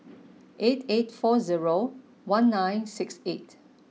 eight eight four zero one nine six eight